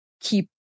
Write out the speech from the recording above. keep